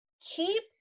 keep